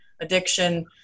addiction